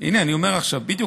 אני אומר, בדיוק